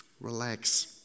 Relax